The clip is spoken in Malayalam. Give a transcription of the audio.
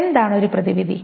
എന്താണ് ഒരു പ്രതിവിധി